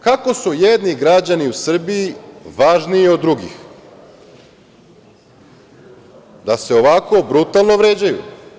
Kako su jedni građani u Srbiji važniji od drugih da se ovako brutalno vređaju?